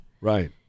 Right